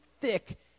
thick